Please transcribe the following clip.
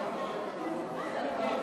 הגיע,